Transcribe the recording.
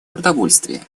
продовольствие